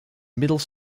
middle